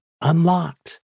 unlocked